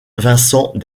vincent